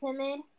timid